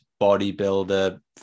bodybuilder